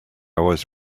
was